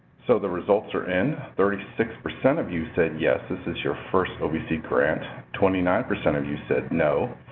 so the results are in. thirty-six percent of you said yes, this is your first ovc grant. twenty-nine percent of you said no.